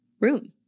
room